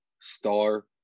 star